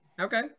Okay